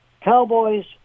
Cowboys